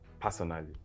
Personally